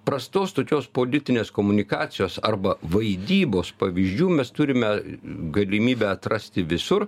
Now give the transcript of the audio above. prastos tokios politinės komunikacijos arba vaidybos pavyzdžių mes turime galimybę atrasti visur